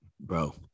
bro